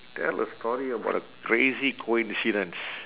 tell a story about a crazy coincidence